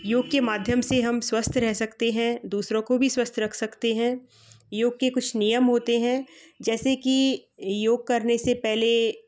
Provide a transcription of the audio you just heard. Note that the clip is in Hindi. योग के माध्यम से हम स्वस्थ रह सकते हैं दूसरों को भी स्वस्थ रख सकते है योग के कुछ नियम होते हैं जैसे कि योग करने से पहले